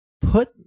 put